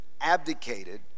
abdicated